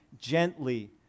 gently